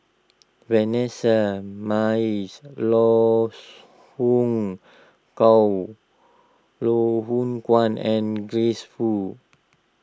Vanessa Mae Loh Hoong Gow Loh Hoong Kwan and Grace Fu